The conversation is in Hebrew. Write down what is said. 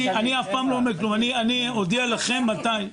אני אודיע לכם מתי.